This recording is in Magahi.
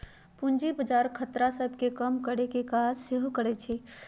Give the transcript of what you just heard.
पूजी बजार खतरा सभ के कम करेकेँ काज सेहो करइ छइ